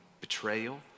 betrayal